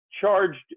charged